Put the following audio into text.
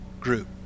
group